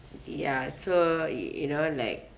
ya so it you know like